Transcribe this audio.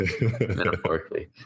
Metaphorically